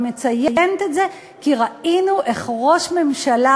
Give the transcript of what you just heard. אני מציינת את זה כי ראינו איך ראש ממשלה,